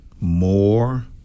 more